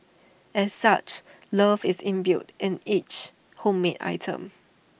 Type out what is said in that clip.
as such love is imbued in each homemade item